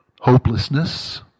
hopelessness